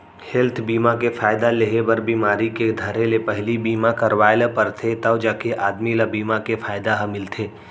health बीमा के फायदा लेहे बर बिमारी के धरे ले पहिली बीमा करवाय ल परथे तव जाके आदमी ल बीमा के फायदा ह मिलथे